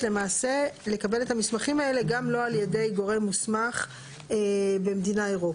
למעשה לקבל את המסמכים האלה גם לא על ידי גורם מוסמך במדינה אירופית.